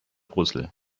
brüssel